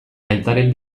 aitaren